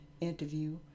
interview